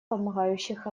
помогающих